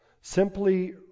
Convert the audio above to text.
Simply